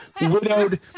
widowed